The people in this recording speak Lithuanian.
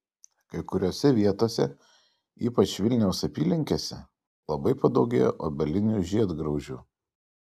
kai kuriose vietose ypač vilniaus apylinkėse labai padaugėjo obelinių žiedgraužių